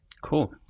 Cool